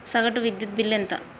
సగటు విద్యుత్ బిల్లు ఎంత?